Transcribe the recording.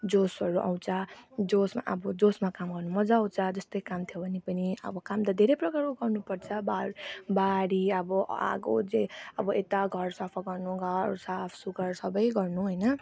जोसहरू आउँछ जोस अब जोसमा काम गर्नु मजा आउँछ जस्तै काम थियो भने पनि अब काम त धेरै प्रकारको गर्नुपर्छ बार बारी अब आगो जे अब यता घर सफा गर्नु घर साफसुग्घर सबै गर्नु होइन